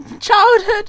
childhood